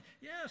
yes